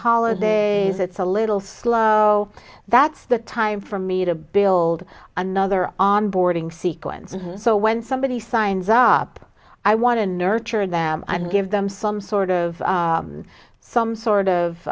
holidays it's a little slow that's the time for me to build another onboarding sequence so when somebody signs up i want to nurture them and give them some sort of some sort of